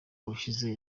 ushize